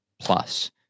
plus